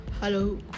Hello